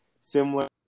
similar